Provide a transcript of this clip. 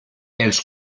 els